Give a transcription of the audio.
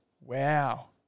Wow